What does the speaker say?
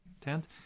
tent